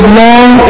long